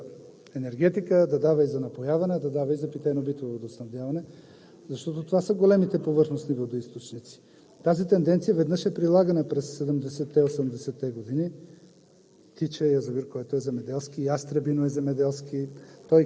ще бъдат обект примерно на двойно и тройно предназначение – да дава и за енергетика, да дава и за напояване, да дава и за питейно битово водоснабдяване, защото това са големите повърхностни водоизточници. Тази тенденция веднъж е прилагана през 70-те и 80 те години.